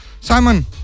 Simon